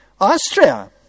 Austria